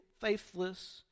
faithless